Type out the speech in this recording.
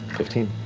fifteen.